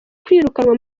kwirukanwa